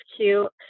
cute